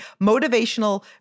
motivational